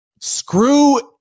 screw